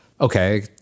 okay